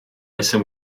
jsem